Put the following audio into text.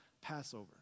Passover